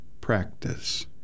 practice